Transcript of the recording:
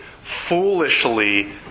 foolishly